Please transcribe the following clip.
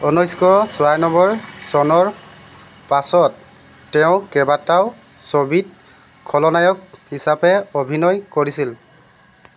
ঊনৈছশ ছয়ান্নব্বৈ চনৰ পাছত তেওঁ কেইবাটাও ছবিত খলনায়ক হিচাপে অভিনয় কৰিছিল